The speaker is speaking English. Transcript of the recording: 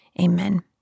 Amen